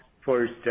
first